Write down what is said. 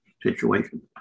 situation